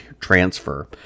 transfer